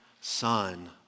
son